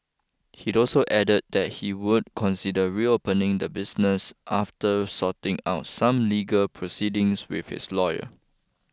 he also added that he would consider reopening the business after sorting out some legal proceedings with his lawyer